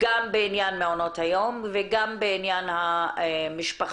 גם בעניין מעונות היום וגם בעניין המשפחתונים.